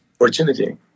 opportunity